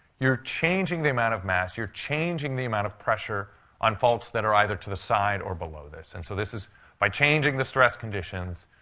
you're changing the amount of mass. you're changing the amount of pressure on faults that are either to the side or below this. and so this is by changing the stress conditions,